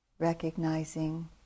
recognizing